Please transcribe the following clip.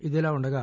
ఇదిఇలా ఉండగా